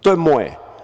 To je moje.